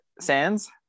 sands